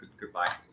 goodbye